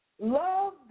Love